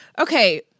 Okay